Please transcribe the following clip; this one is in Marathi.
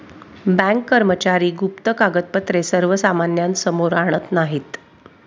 बँक कर्मचारी गुप्त कागदपत्रे सर्वसामान्यांसमोर आणत नाहीत